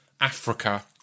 Africa